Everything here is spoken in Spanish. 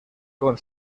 con